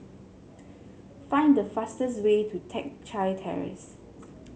find the fastest way to Teck Chye Terrace